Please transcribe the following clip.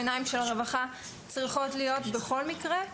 העיניים של הרווחה צריכות להיות בכל מקרה.